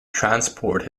transport